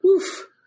Oof